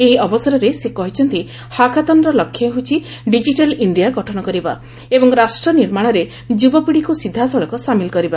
ଏହି ଅବସରରେ ସେ କହିଛନ୍ତି ହାକାଥନ୍ର ଲକ୍ଷ୍ୟ ହେଉଛି ଡିଜିଟାଲ୍ ଇଣ୍ଡିଆ ଗଠନ କରିବା ଏବଂ ରାଷ୍ଟ୍ର ନିର୍ମାଣରେ ଯୁବପିଢ଼ିକୁ ସିଧାସଳଖ ସାମିଲ୍ କରିବା